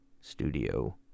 studio